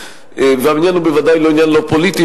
והעניין הוא בוודאי לא עניין פוליטי